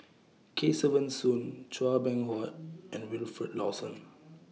Kesavan Soon Chua Beng Huat and Wilfed Lawson